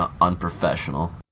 unprofessional